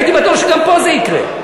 הייתי בטוח שגם פה זה יקרה.